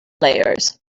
layers